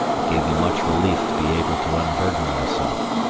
it gave me much relief to be able to unburden myself,